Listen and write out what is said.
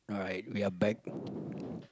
alright we are back